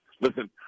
listen